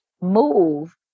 move